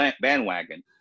bandwagon